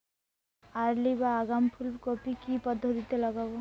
Early বা আগাম ফুল কপি কি পদ্ধতিতে লাগাবো?